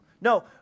no